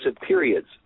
periods